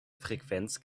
frequenz